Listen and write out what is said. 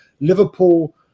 Liverpool